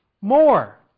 more